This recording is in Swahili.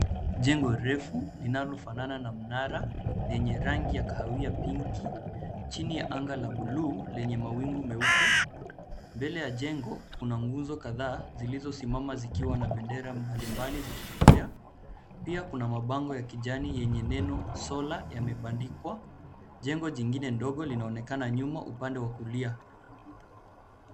Jengo refu, linalofanana na mnara, yenye rangi ya kahawia pinki, chini ya anga la bluu, lenye mawingu meupe. Mbele ya jengo, kuna nguzo kadhaa, zilizosimama zikiwa na bendera mbalimbali zikipepea. Pia kuna mabango ya kijani yenye neno solar , yamebandikwa. Jengo lingine ndogo linaonekana nyuma upande wa kulia.